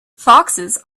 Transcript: foxes